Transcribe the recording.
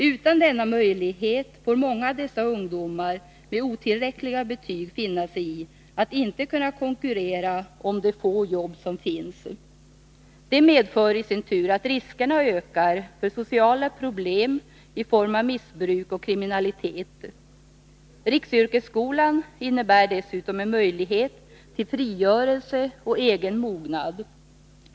Utan denna möjlighet får många av dessa ungdomar med otillräckliga betyg finna sigi att inte kunna konkurrera om de få jobb som finns. Detta medför i sin tur att riskerna ökar för sociala problem i form av missbruk och kriminalitet. Riksyrkesskolan innebär dessutom en möjlighet till frigörelse och egen mognad.